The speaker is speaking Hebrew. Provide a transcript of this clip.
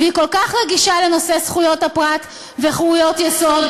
היא כל כך רגישה לנושא זכויות הפרט וחירויות יסוד,